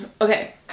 okay